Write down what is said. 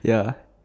ya